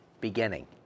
beginning